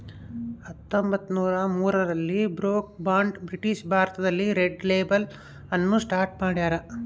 ಹತ್ತೊಂಬತ್ತುನೂರ ಮೂರರಲ್ಲಿ Brooke Bond British ಭಾರತದಲ್ಲಿ ರೆಡ್ ಲೇಬಲ್ ಅನ್ನು ಸ್ಟಾರ್ಟ್ ಮಾಡ್ಯಾರ